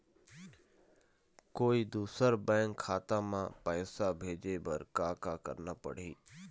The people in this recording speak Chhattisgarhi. कोई दूसर बैंक खाता म पैसा भेजे बर का का करना पड़ही?